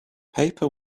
paper